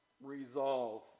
resolve